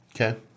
Okay